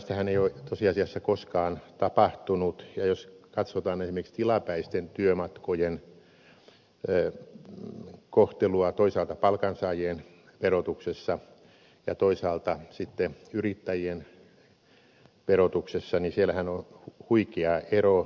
tämmöistähän ei ole tosiasiassa koskaan tapahtunut ja jos katsotaan esimerkiksi tilapäisten työmatkojen kohtelua toisaalta palkansaajien verotuksessa ja toisaalta sitten yrittäjien verotuksessa niin siellähän on huikea ero